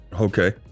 Okay